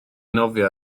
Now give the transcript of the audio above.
nofio